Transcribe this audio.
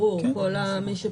גם כאלה שהחשבון הבנק מוקפא.